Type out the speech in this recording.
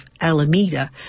Alameda